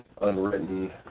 unwritten